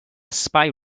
spy